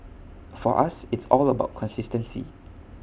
for us it's all about consistency